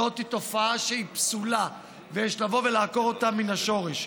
זאת תופעה שהיא פסולה ויש לבוא ולעקור אותה מן השורש.